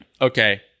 okay